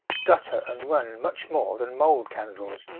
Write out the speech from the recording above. gutter and run much more than mould candles,